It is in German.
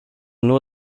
nur